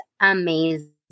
amazing